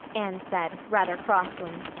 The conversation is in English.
anne said, rather crossly.